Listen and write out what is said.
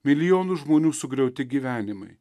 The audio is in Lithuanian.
milijonų žmonių sugriauti gyvenimai